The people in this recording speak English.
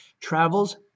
travels